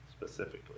specifically